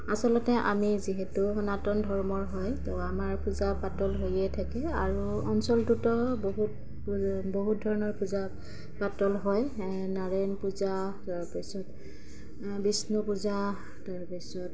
আচলতে আমি যিহেতু সনাতন ধৰ্মৰ হয় তো আমাৰ পূজা পাতল হৈয়ে থাকে আৰু অঞ্চলটোতো বহুত বহুত ধৰণৰ পূজা পাতল হয় নাৰায়ণ পূজা তাৰ পিছত বিষ্ণু পূজা তাৰ পিছত